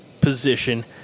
position